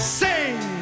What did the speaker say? sing